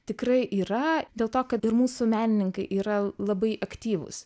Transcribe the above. tikrai yra dėl to kad ir mūsų menininkai yra labai aktyvūs